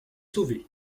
sauver